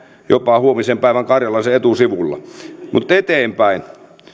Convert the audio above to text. jopa huomisen päivän karjalaisen etusivulla mutta eteenpäin